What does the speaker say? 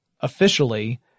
Officially